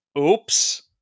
Oops